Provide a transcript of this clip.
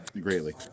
greatly